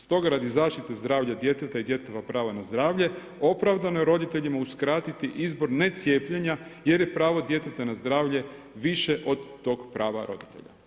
Stoga radi zaštite zdravlja djeteta i djetetova prava na zdravlje opravdano je roditeljima uskratiti izbor necijepljenja jer je pravo djeteta na zdravlje više od toga prava roditelja“